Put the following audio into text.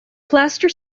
plaster